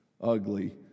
ugly